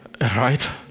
Right